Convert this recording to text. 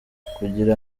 kugira